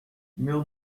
meu